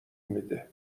میده